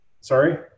sorry